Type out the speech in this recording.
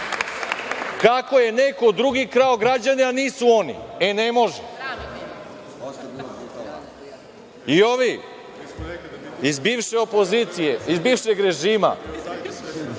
kako je neko drugi krao građane, a nisu oni. Ne može.I ovi iz bivše opozicije, iz bivšeg režima,